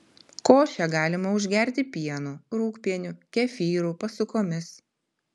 košę galima užgerti pienu rūgpieniu kefyru pasukomis